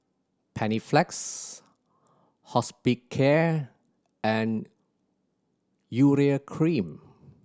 Panaflex Hospicare and Urea Cream